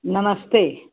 नमस्ते